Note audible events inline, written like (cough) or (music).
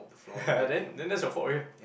(laughs) then then that's your fault already ah